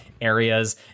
areas